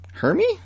Hermy